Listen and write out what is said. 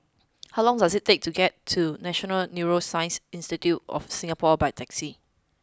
how long does it take to get to National Neuroscience Institute of Singapore by taxi